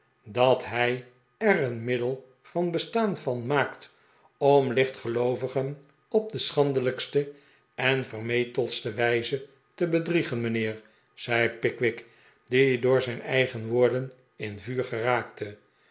dat hij er een middel van bestaan van maakt om lichtgeloovigen op de schandelijkste en vermetelste wijze te bedriegen mijnheer zei pickwick die door zijn eigen woorden in vuur geraakte